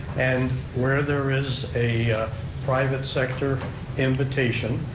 and where there is a private sector invitation,